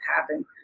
happen